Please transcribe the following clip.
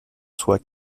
soi